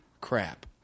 crap